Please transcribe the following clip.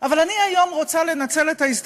ניסיונות ההפחדה